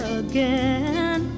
again